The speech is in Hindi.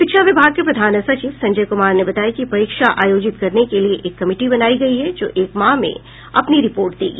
शिक्षा विभाग के प्रधान सचिव संजय कुमार ने बताया कि परीक्षा आयोजित करने के लिये एक कमिटी बनायी गई है जो एक माह में अपनी रिपोर्ट देगी